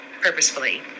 purposefully